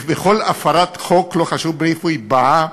בכל הפרת חוק, לא חשוב מאיפה היא באה.